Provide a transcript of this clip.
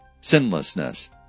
sinlessness